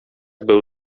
był